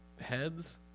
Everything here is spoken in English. Heads